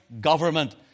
government